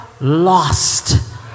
lost